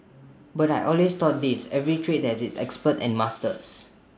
but I always thought this every trade has its experts and masters